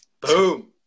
Boom